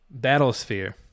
Battlesphere